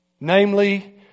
Namely